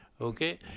okay